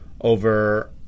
over